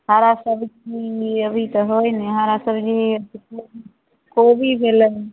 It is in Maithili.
हरा सब्जी अभी तऽ होइ नहि हरा सब्जी कोबी भेलै